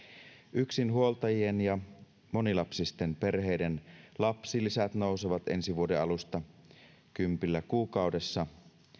yksinhuoltajien ja monilapsisten perheiden lapsilisät nousevat ensi vuoden alusta kympillä kuukaudessa